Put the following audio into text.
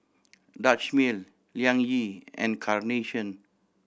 Dutch Mill Liang Yi and Carnation